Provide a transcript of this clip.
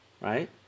right